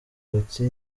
bati